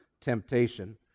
temptation